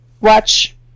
watch